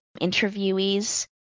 interviewees